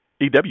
EW